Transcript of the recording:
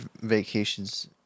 vacations